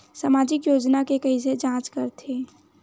सामाजिक योजना के कइसे जांच करथे?